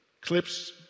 clips